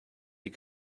die